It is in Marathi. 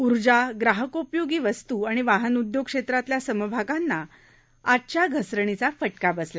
ऊर्जा ग्राहकोपयोग वस्तू आणि वाहनउदयोग क्षेत्रातल्या समभागांना आजच्या घसरणीचा फटका बसला